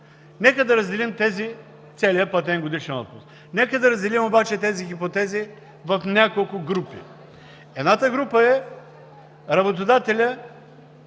Нека да разделим целия платен годишен отпуск. Нека да разделим обаче тези хипотези в няколко групи. Едната група е – работодателят